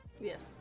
Yes